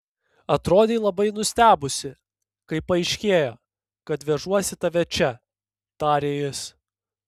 atrodei labai nustebusi kai paaiškėjo kad vežuosi tave čia tarė jis